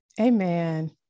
amen